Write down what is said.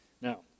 Now